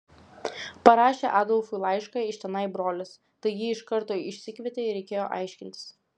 parašė adolfui laišką iš tenai brolis tai jį iš karto išsikvietė ir reikėjo aiškintis